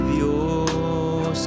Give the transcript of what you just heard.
Dios